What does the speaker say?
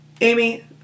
Amy